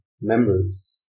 members